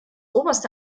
oberste